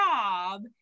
job